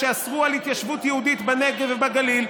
שאסרו התיישבות יהודית בנגב ובגליל,